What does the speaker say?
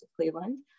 Cleveland